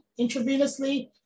intravenously